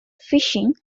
fishing